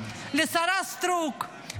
לשרה סטרוק,